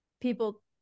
people